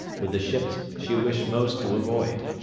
with the ships she wished most to avoid.